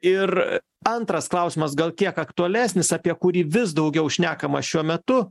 ir antras klausimas gal kiek aktualesnis apie kurį vis daugiau šnekama šiuo metu